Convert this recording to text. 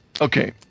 Okay